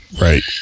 Right